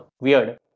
Weird